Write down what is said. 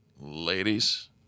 ladies